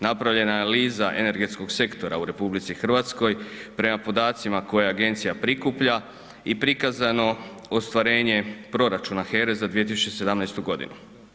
Napravljena je analiza energetskog sektora u RH, prema podacima koje agencija prikuplja i prikazano ostvarenje proračuna HERA-e za 2017. godinu.